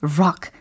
rock